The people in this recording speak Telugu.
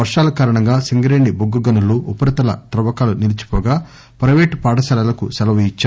వర్వాల కారణంగా సింగరేణి బొగ్గు గనుల్లో ఉపరితల తవ్వకాలు నిలిచిపోగా పైవేటు పాఠశాలలకు సెలవు ఇచ్చారు